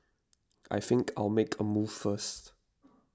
I think I'll make a move first